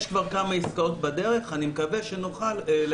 יש כבר כמה עסקאות בדרך ואני מקווה שנוכל.